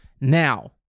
now